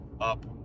up